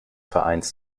vereins